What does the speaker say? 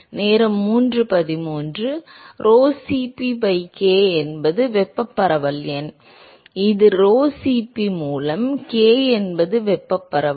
மாணவர் Rho Cp by k என்பது வெப்பப் பரவல் எண் இது rho Cp மூலம் k என்பது வெப்பப் பரவல்